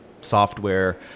software